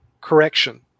correction